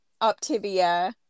Optivia